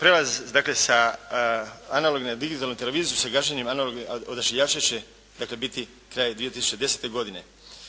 prijelaz, dakle, sa analogne u digitalnu televiziju sa gašenjem analognih odašiljača će dakle, biti kraj 2010. godine.